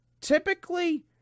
typically